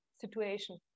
situation